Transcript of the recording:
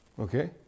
Okay